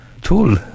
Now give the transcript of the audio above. tool